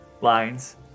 lines